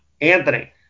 Anthony